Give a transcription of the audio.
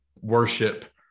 worship